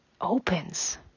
opens